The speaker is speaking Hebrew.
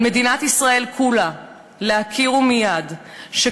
על מדינת ישראל כולה להכיר ומייד בכך